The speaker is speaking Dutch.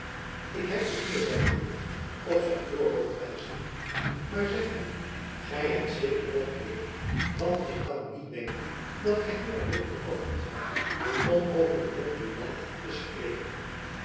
ik heb ze hier zeide de witt op zijn voorhoofd wijzende maar zeg my gy hebt zeker nog meer want ik kan niet denken dat gy hier alleen gekomen zijt om over dien montpouillan te spreken